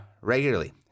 regularly